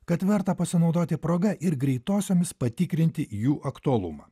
kad verta pasinaudoti proga ir greitosiomis patikrinti jų aktualumą